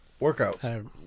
Workouts